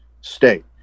state